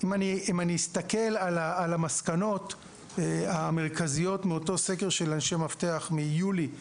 אם אני אסתכל על המסקנות המרכזיות מאותו סקר של אנשי מפתח מיולי 2021,